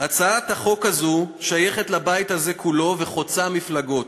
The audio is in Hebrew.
הצעת החוק הזו שייכת לבית הזה כולו וחוצה מפלגות.